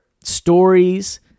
stories